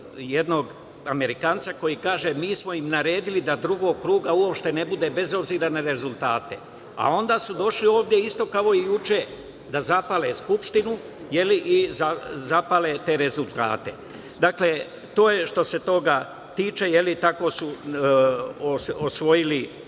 jednog Amerikanca koji kaže – mi smo im naredili da drugog kruga uopšte ne bude, bez obzira na rezultate, a onda su došli ovde isto kao juče, da zapale Skupštinu, je li, i zapale te rezultate. Dakle, to je što se toga tiče, tako su osvojili